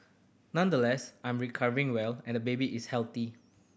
nonetheless I'm recovering well and baby is healthy